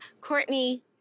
Courtney